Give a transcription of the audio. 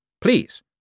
Please